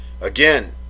again